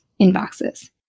inboxes